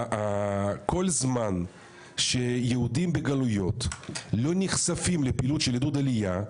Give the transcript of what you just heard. כל זמן שיהודים בגלויות לא נחשפים לפעילות של עידוד עלייה,